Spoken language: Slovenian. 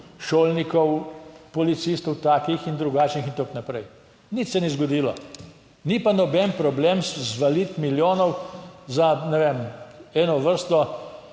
šolnikov, policistov takih in drugačnih in tako naprej. Nič se ni zgodilo. Ni pa noben problem zvaliti milijonov za, ne vem,